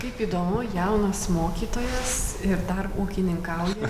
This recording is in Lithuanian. kaip įdomu jaunas mokytojas ir dar ūkininkauji